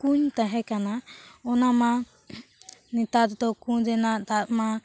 ᱠᱩᱧ ᱛᱟᱦᱮᱸ ᱠᱟᱱᱟ ᱚᱱᱟ ᱢᱟ ᱱᱮᱛᱟᱨ ᱫᱚ ᱠᱩᱧ ᱨᱮᱱᱟᱜ ᱫᱟᱜ ᱢᱟ